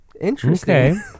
interesting